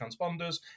transponders